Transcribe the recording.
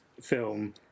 film